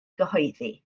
gyhoeddi